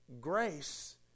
grace